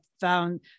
found